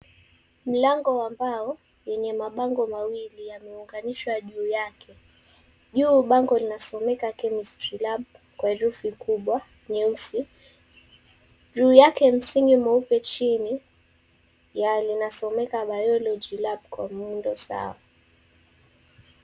Mlango wa mbao yenye mabango mawili yameunganishwa juu yake, juu bango linasomeka CHEMISTRY LAB kwa herufi kubwa nyeusi, juu yake msingi mweupe, chini ya linasomeka biology lab kwa muundo sawa.